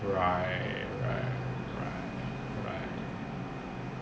right right right right